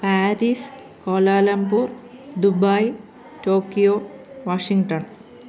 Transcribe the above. Paris Kuala Lumpur Dubai Tokyo Washington